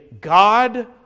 God